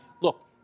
look